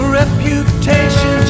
reputation